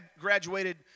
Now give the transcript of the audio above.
graduated